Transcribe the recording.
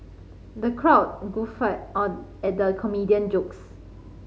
the crowd guffawed on at the comedian jokes